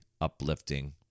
uplifting